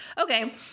Okay